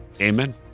Amen